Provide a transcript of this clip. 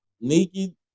naked